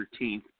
13th